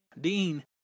Dean